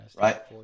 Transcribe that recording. Right